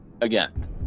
again